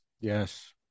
Yes